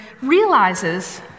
realizes